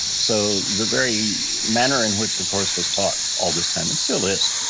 so the very manner in which the course was taught all this time and still is,